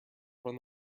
from